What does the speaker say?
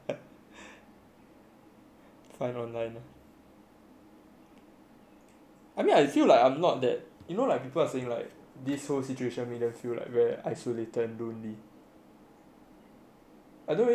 fine [one] then I mean I feel like I'm not that you know like people are like this whole situation can make you like very isolated and lonely I don't really feel too isolated